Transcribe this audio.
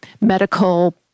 medical